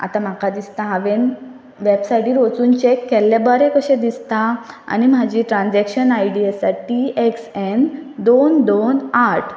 आतां म्हाका दिसता हांवें वेबसायटीर वचून चॅक केल्लें बरें कशें दिसता आनी म्हाजी ट्रानजॅक्शन आय डी आसा टी एक्स एन दोन दोन आठ